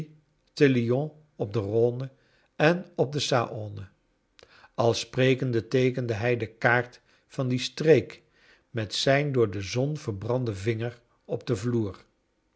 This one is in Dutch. te lyon op de rhone en op de saone al sprekende teekende hij de kaart van die streek met zijn door de zon verbranden vinger op den vloer